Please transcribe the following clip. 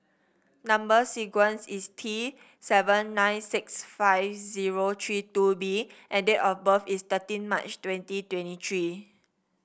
number sequence is T seven nine six five zero three two B and date of birth is thirteen March twenty twenty three